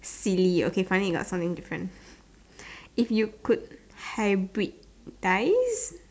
silly okay finally you got something different if you could hybrid guys